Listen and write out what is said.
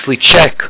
check